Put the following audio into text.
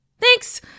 thanks